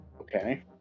Okay